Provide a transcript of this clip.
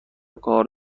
کار